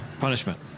punishment